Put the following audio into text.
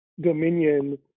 dominion